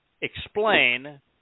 explain